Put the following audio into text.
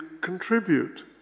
contribute